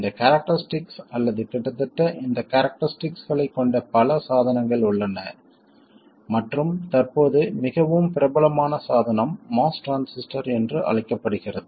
இந்த கேரக்டரிஸ்டிக்ஸ் அல்லது கிட்டத்தட்ட இந்த கேரக்டரிஸ்டிக்ஸ்களைக் கொண்ட பல சாதனங்கள் உள்ளன மற்றும் தற்போது மிகவும் பிரபலமான சாதனம் MOS டிரான்சிஸ்டர் என்று அழைக்கப்படுகிறது